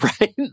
right